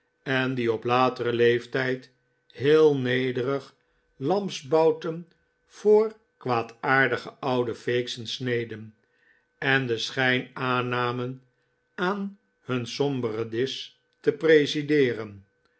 en die op lateren leeftijd heel ncderig lamsbouten voor kwaadaardige oude feeksen sneden en den schijn aannamen aan hun somberen disch te presideeren